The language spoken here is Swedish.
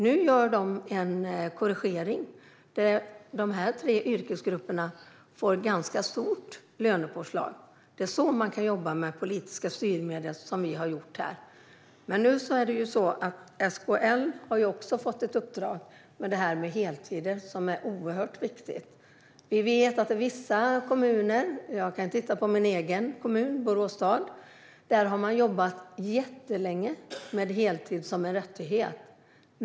Nu gör man en korrigering, och dessa tre yrkesgrupper får ett ganska stort lönepåslag. Det är så man kan jobba med politiska styrmedel, som vi har gjort här. Det är också så att SKL har fått ett uppdrag när det gäller detta med heltid, vilket är oerhört viktigt. I vissa kommuner - jag kan titta på min egen hemkommun, Borås stad - har man jobbat jättelänge med heltid som en rättighet.